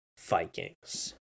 Vikings